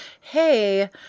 hey